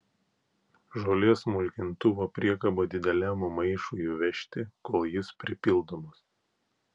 žolės smulkintuvo priekaba dideliam maišui vežti kol jis pripildomas